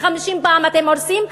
ו-50 פעם אתם הורסים,